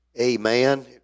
Amen